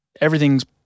Everything's